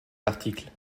l’article